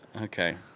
Okay